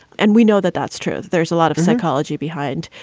and we know that that's true. there's a lot of psychology behind,